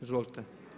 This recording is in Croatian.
Izvolite.